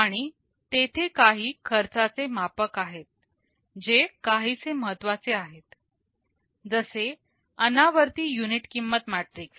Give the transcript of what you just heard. आणि तेथे काही खर्चाचे मापक आहेत जे काहीसे महत्त्वाचे आहेत जसे अनावर्ती युनिट किंमत मॅट्रिक्स